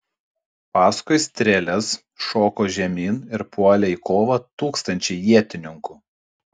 paskui strėles šoko žemyn ir puolė į kovą tūkstančiai ietininkų